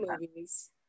movies